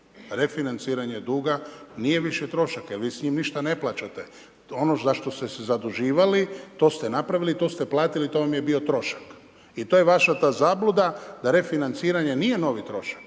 Refinanciranje duga nije više trošak jer vi s njim ništa ne plaćate. Ono za što ste se zaduživali, toste napravili, to ste platili, to vam je bio trošak i to je vaša ta zabluda da refinanciranje nije novi trošak.